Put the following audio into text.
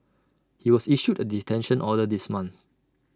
he was issued A detention order this month